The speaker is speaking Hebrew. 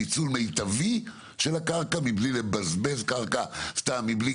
ניצול מיטבי של הקרקע מבלי לבזבז קרקע סתם מבלי